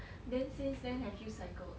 then since then have you cycled